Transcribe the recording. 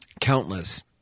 countless